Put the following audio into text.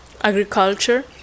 agriculture